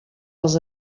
els